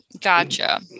Gotcha